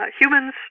Humans